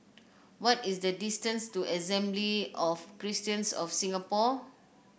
what is the distance to Assembly of Christians of Singapore